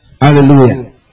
Hallelujah